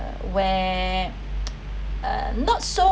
uh where uh not so